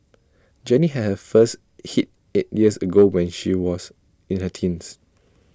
Jenny had her first hit eight years ago when she was in her teens